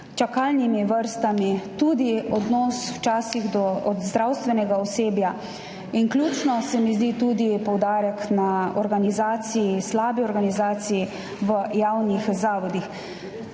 čakalnimi vrstami, včasih tudi odnos do zdravstvenega osebja. Ključen se mi zdi tudi poudarek na slabi organizaciji v javnih zavodih.